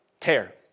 Tear